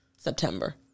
September